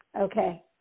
Okay